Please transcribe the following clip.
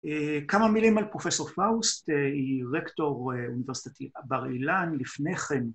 כמה מילים על פרופ' פאוסט, היא רקטור אוניברסיטת בר אילן, לפניכם.